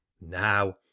now